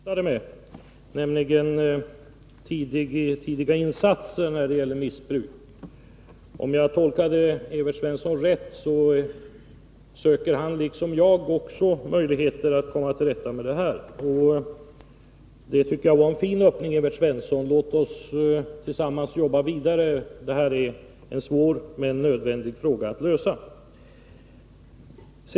Fru talman! Jag vill först så att säga haka på den fråga som Evert Svensson avslutningsvis tog upp, nämligen frågan om insatser på ett tidigt stadium när det gäller missbruk. Om jag tolkade Evert Svensson rätt, söker han liksom jag möjligheter att komma till rätta med det här problemet. Jag tycker att det var en fin öppning, Evert Svensson. Låt oss tillsammans jobba vidare med frågan! Den är svår, men det är nödvändigt att vi löser den.